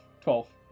Twelve